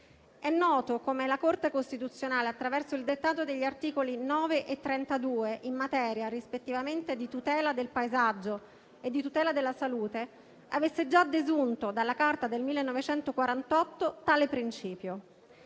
È noto come la Corte costituzionale, attraverso il dettato degli articoli 9 e 32 in materia di tutela rispettivamente del paesaggio e della salute, avesse già desunto dalla Carta del 1948 tale principio.